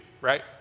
right